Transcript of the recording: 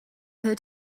heard